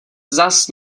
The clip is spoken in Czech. zas